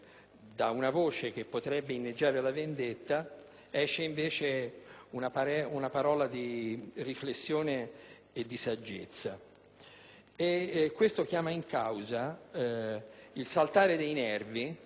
da una voce che potrebbe inneggiare alla vendetta esce, invece, una parola di riflessione e di saggezza. Questo chiama in causa il saltare dei nervi